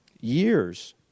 years